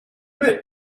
met